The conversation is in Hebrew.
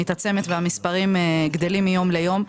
והמספרים הולכים וגדלים מיום ליום,